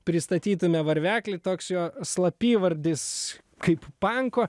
pristatytume varveklį toks jo slapyvardis kaip panko